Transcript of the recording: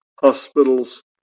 hospitals